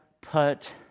put